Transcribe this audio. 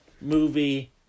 movie